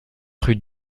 rue